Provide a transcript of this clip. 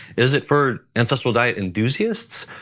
is it for ancestral diet enthusiasts,